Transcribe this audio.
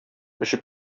очып